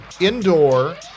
indoor